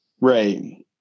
Right